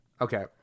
Okay